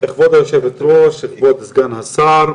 כבוד היושבת-ראש, כבוד סגן השר,